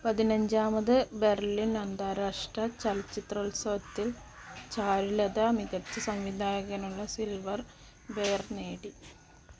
പതിനഞ്ചാമത് Berlin അന്താരാഷ്ട്ര ചലച്ചിത്രോത്സവത്തിൽ ചാരുലത മികച്ച സംവിധായകനുള്ള സിൽവർ ബെയർ നേടി